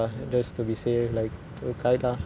don't know lah will be okay lah